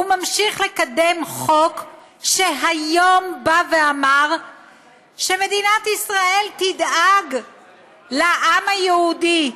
הוא ממשיך לקדם חוק שהיום אמר שמדינת ישראל תדאג לעם היהודי?